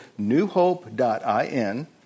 newhope.in